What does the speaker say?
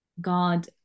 God